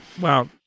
wow